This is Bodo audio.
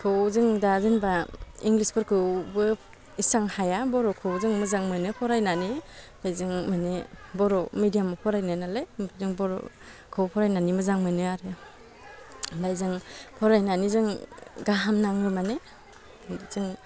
खौ जों दा जेनबा इंलिसफोरखौबो एसेबां हाया बर'खौ जों मोजां मोनो फरायनानै ओमफ्राय जों मानि बर' मिडियामाव फरायनाय नालाय जों बर'खौ फरायनानै मोजां मोनो आरो ओमफ्राय जों फरायनानै जों गाहाम नाङो माने जों